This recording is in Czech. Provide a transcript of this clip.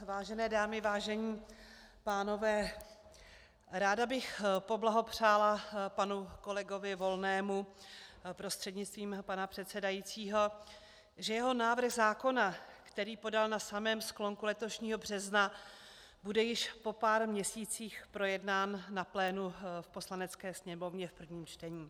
Vážené dámy, vážení pánové, ráda bych poblahopřála panu kolegovi Volnému prostřednictvím pana předsedajícího, že jeho návrh zákona, který podal na samém sklonku letošního března, bude již po pár měsících projednán na plénu v Poslanecké sněmovně v prvním čtení.